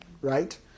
right